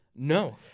No